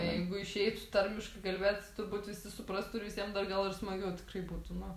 jeigu išeitų tarmiškai kalbėt turbūt visi suprastų ir visiem dar gal ir smagiau tikrai būtų na